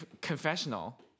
confessional